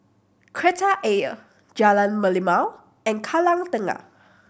Kreta Ayer Jalan Merlimau and Kallang Tengah